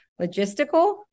logistical